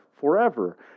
forever